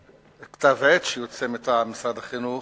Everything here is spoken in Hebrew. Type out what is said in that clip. כתב-עת שיוצא מטעם משרד החינוך,